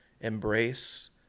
embrace